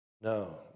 No